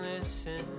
Listen